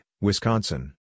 Wisconsin